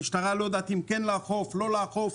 המשטרה לא יודעת אם כן לאכוף או לא לאכוף.